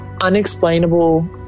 unexplainable